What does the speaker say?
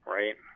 right